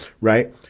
right